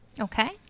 Okay